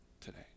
today